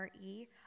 RE